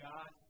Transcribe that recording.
God